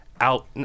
out